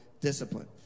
discipline